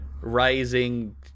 rising